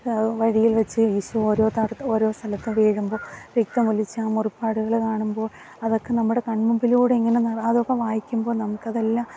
വഴിയിൽ വെച്ച് ഈശോ ഓരോ ത ഓരോ സ്ഥലത്തും വീഴുമ്പോള് രക്തം ഒലിച്ച ആ മുറിപ്പാടുകള് കാണുമ്പോള് അതൊക്കെ നമ്മുടെ കണ്മുൻപിലൂടെ ഇങ്ങനെ അതൊക്കെ വായിക്കുമ്പോള് നമുക്കതെല്ലാം